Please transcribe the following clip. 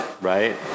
right